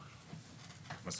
עכשיו,